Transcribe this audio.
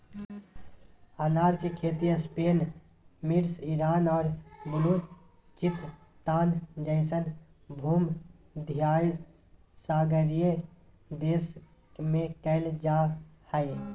अनार के खेती स्पेन मिस्र ईरान और बलूचिस्तान जैसन भूमध्यसागरीय देश में कइल जा हइ